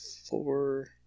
Four